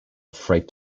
freight